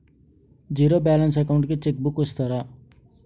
Zero balance account కి cheque book ఇస్తారా?